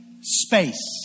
space